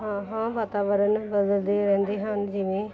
ਹਾਂ ਹਾਂ ਵਾਤਾਵਰਨ ਬਦਲਦੇ ਰਹਿੰਦੇ ਹਨ ਜਿਵੇਂ